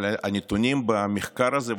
אבל הנתונים במחקר הזה,